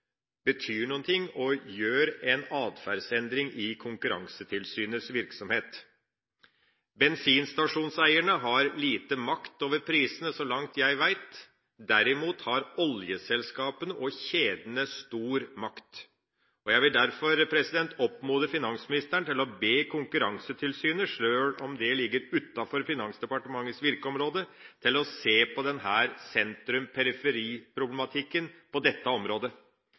betyr noe og gjør en atferdsendring i Konkurransetilsynets virksomhet. Bensinstasjonseierne har liten makt over prisene, så langt jeg vet. Derimot har oljeselskapene og kjedene stor makt. Jeg vil derfor oppmode finansministeren til å be Konkurransetilsynet, sjøl om det ligger utenfor Finansdepartementets virkeområde, se på sentrum-/periferiproblematikken på dette området.